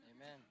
Amen